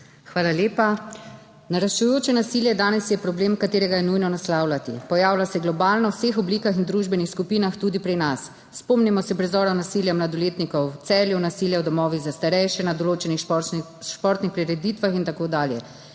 Hvala lepa. Naraščajoče nasilje je danes problem, ki ga je nujno treba naslavljati. Pojavlja se globalno, v vseh oblikah in družbenih skupinah, tudi pri nas. Spomnimo se prizora nasilja mladoletnikov v Celju, nasilja v domovih za starejše, na določenih športnih prireditvah in tako dalje.